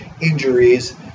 injuries